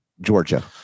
Georgia